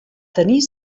tenir